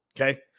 okay